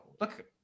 Look